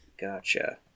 Gotcha